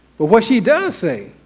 but what she does say,